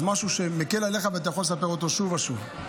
אז משהו מקל עליך ואתה יכול לספר אותו שוב ושוב.